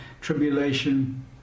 tribulation